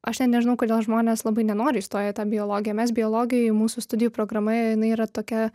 aš net nežinau kodėl žmonės labai nenoriai įstoja į tą biologiją mes biologai mūsų studijų programa jinai yra tokia